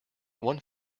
one